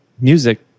music